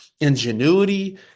ingenuity